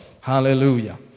Hallelujah